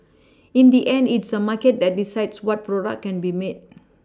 in the end it's a market that decides what product can be made